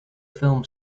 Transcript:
film